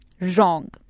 Wrong